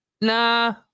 nah